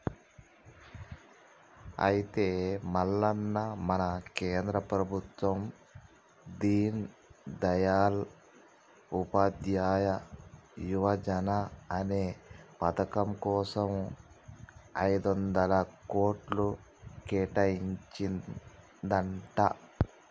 అయితే మల్లన్న మన కేంద్ర ప్రభుత్వం దీన్ దయాల్ ఉపాధ్యాయ యువజన అనే పథకం కోసం ఐదొందల కోట్లు కేటాయించిందంట